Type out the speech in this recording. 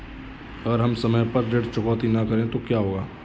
अगर हम समय पर ऋण चुकौती न करें तो क्या होगा?